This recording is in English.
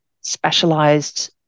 specialized